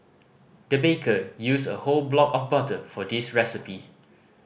the baker used a whole block of butter for this recipe